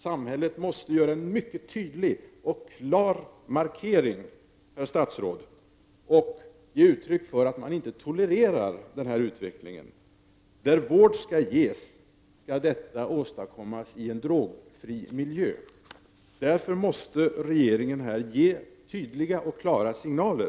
Samhället måste göra en mycket tydlig och klar markering, herr stats 35 råd, och ge uttryck för att man inte tolererar utvecklingen. Vården skall ges i en drogfri miljö, och därför måste regeringen ge tydliga och klara signaler.